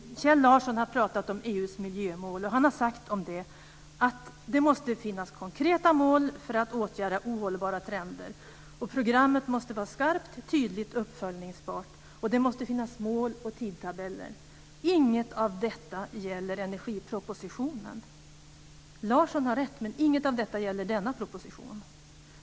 Kjell Larsson har pratat om EU:s miljömål, och han har sagt om det att det måste finnas konkreta mål för att åtgärda ohållbara trender. Programmet måste vara skarpt, tydligt och uppföljningsbart, och det måste finnas mål och tidtabeller. Inget av detta gäller energipropositionen. Larsson har rätt, men inget av detta gäller denna proposition.